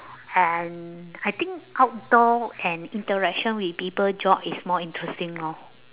and I think outdoor and interaction with people job is more interesting lor